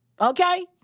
Okay